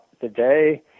today